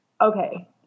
Okay